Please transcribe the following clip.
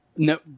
No